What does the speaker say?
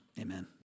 Amen